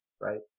right